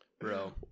Bro